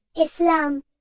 Islam